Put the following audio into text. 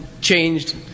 changed